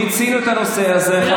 מיצינו את הנושא הזה,